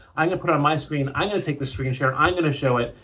i'm gonna put it on my screen. i'm gonna take the screen share. i'm gonna show it.